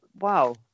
Wow